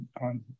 on